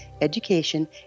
education